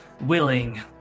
willing